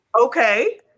Okay